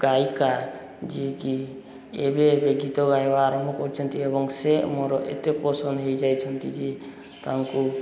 ଗାୟିକା ଯିଏ କି ଏବେ ଏବେ ଗୀତ ଗାଇବା ଆରମ୍ଭ କରିଛନ୍ତି ଏବଂ ସେ ମୋର ଏତେ ପସନ୍ଦ ହେଇଯାଇଛନ୍ତି କି ତାଙ୍କୁ